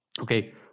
Okay